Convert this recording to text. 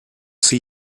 see